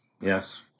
Yes